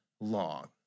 long